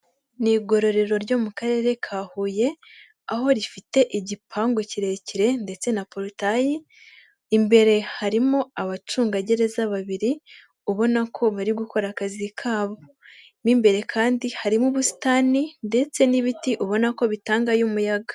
Ni igororero ryo mu Karere ka Huye aho rifite igipangu kirekire ndetse na porotayi, imbere harimo abacungagereza babiri ubona ko barigukora akazi kabo. Mo imbere kandi harimo ubusitani ndetse n'ibiti ubona ko bitanga umuyaga.